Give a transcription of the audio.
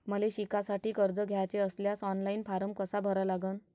मले शिकासाठी कर्ज घ्याचे असल्यास ऑनलाईन फारम कसा भरा लागन?